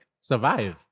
survive